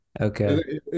okay